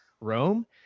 rome